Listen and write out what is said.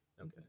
okay